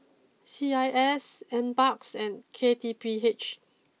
C I S N Parks and K T P H